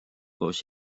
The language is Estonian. koos